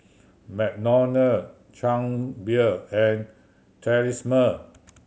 McDonald Chang Beer and Tresemme